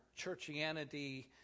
churchianity